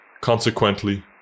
Consequently